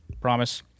promise